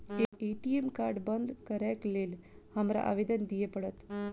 ATM card बंद करैक लेल हमरा आवेदन दिय पड़त?